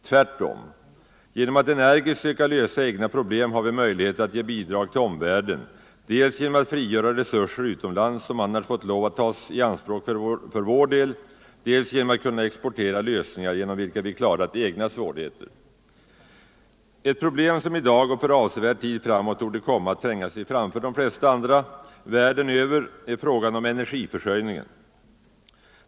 Tvärtom, genom att energiskt söka lösa problem har vi möjligheter att ge bidrag till omvärlden, dels genom att frigöra resurser utomlands som annars fått lov att tas i anspråk för vår del, dels genom att exportera lösningar med vilka vi klarat våra egna svårigheter. Det problem som i dag och för avsevärd tid framåt torde komma att tränga sig framför de flesta andra världen över är frågan om energiförsörjningen.